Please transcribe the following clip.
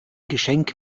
geschenk